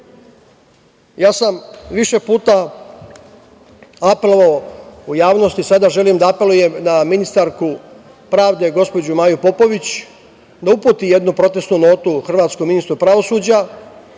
puta sam apelovao u javnosti i sada želim da apelujem na ministarku pravde Maju Popović i da uputi jednu protesnu notu hrvatskom ministru pravosuđa,